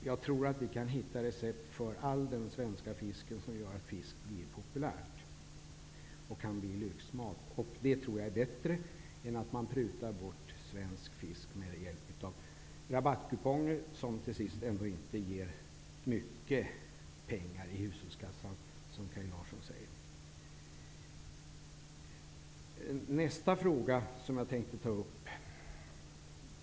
Jag tror att vi kan hitta recept för all svensk fisk som gör att fisk blir populärt. Det kan t.o.m. bli lyxmat. Det är bättre än att pruta bort svensk fisk med hjälp av rabattkuponger. Det ger ändå inte särskilt mycket pengar i hushållskassan, som Kaj Larsson säger.